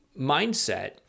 mindset